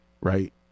right